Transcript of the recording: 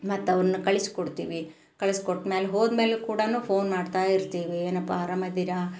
ಮತ್ತೆ ಅವ್ರ್ನ ಕಳಿಸಿಕೊಡ್ತೀವಿ ಕಳಸ್ಕೊಟ್ಮ್ಯಾಲು ಹೋದಮೇಲು ಕೂಡ ಫೋನ್ ಮಾಡ್ತಾಯಿರ್ತೀವಿ ಏನಪ್ಪ ಆರಾಮ ಇದ್ದೀರ